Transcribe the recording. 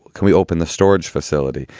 can we open the storage facility?